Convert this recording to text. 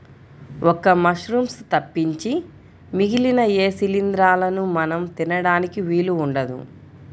ఒక్క మశ్రూమ్స్ తప్పించి మిగిలిన ఏ శిలీంద్రాలనూ మనం తినడానికి వీలు ఉండదు